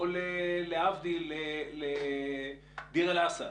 או להבדיל לדיר אל-אסד,